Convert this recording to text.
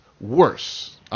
worse